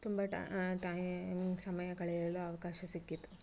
ತುಂಬ ಟೈಮ್ ಸಮಯ ಕಳೆಯಲು ಅವಕಾಶ ಸಿಕ್ಕಿತು